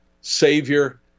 Savior